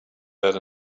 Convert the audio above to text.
that